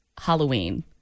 Halloween